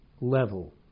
level